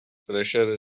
pressure